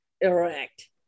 erect